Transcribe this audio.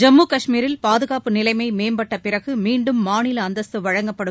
ஜம்மு கஷ்மீரில் பாதுகாப்பு நிலைமை மேம்பட்ட பிறகு மீண்டும் மாநில அந்தஸ்து வழங்கப்படும்